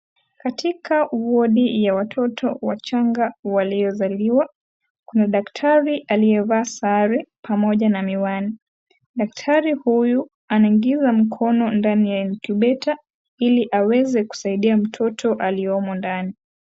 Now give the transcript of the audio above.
Katika wodi ya watoto wachanga waliozaliwa kuna daktari alievaa sare pamoja na miwani. Daktari huyu anaingiza mikono ndani ya incubator ili aweze kusaidia mtoto aliye ndani.